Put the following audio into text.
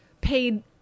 paid